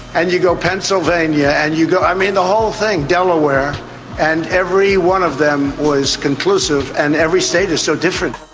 and you go pennsylvania, and you go. i mean the whole thing delaware and every one of them was conclusive and every state is so different.